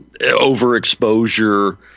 overexposure